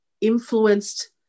influenced